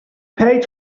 paid